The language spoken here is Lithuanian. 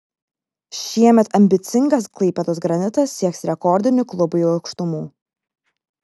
šiemet ambicingas klaipėdos granitas sieks rekordinių klubui aukštumų